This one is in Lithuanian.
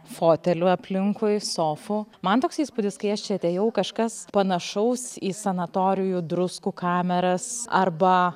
fotelių aplinkui sofų man toks įspūdis kai aš čia atėjau kažkas panašaus į sanatorijų druskų kameras arba